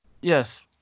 Yes